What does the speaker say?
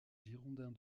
girondins